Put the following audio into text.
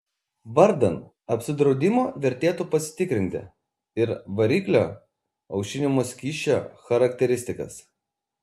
vardan apsidraudimo vertėtų patikrinti ir variklio aušinimo skysčio charakteristikas